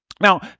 Now